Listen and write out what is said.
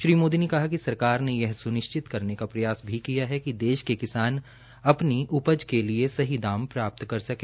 श्री मोदी ने कहा कि सरकार ने यह सुनिश्चित करने का प्रयास भी किया है देश के किसान अपनी उपज के लिए सही दाम प्राप्त कर सकें